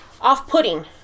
off-putting